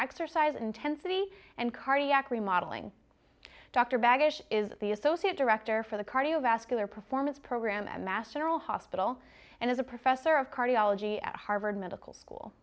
exercise intensity and cardiac remodelling dr baggage is the associate director for the cardiovascular performance program at mass general hospital and as a professor of cardiology at harvard medical school